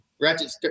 ratchet